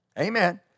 Amen